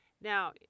Now